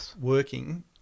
working